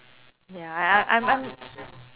ya I I I'm I'm